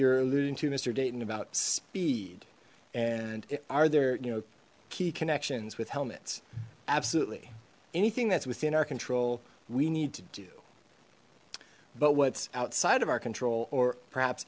you're alluding to mister dayton about speed and are there you know key connections with helmets absolutely anything that's within our control we need to do but what's outside of our control or perhaps